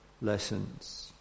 lessons